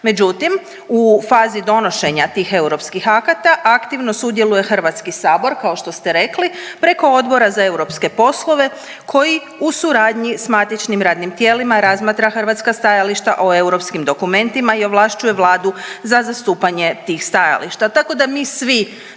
Međutim u fazi donošenja tih europskih akata aktivno sudjeluje Hrvatski sabor kao što ste rekli preko Odbora za europske poslove koji u suradnji sa matičnim radnim tijelima razmatra hrvatska stajališta o europskim dokumentima i ovlašćuje Vladu za zastupanje tih stajališta,